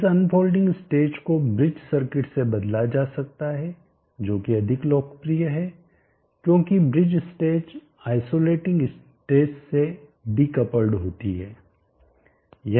इस unfolding stage को bridge circuit से बदला जा सकता है जो कि अधिक लोकप्रिय है क्योंकि ब्रिज स्टेज आइसोलेटिंग स्टेज से डिकपलड़ होती है